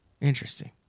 Interesting